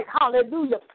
hallelujah